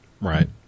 Right